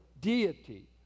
deity